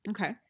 Okay